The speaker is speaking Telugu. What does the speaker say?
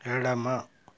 ఎడమ